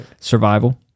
survival